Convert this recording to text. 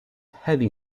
heavy